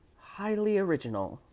highly original,